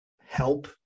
help